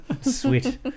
Sweet